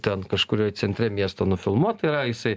ten kažkurioj centre miesto nufilmuota yra jisai